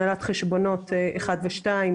הנהלת חשבונות 1 ו-2,